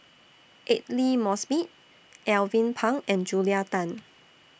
Aidli Mosbit Alvin Pang and Julia Tan